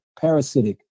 parasitic